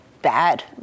Bad